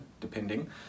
depending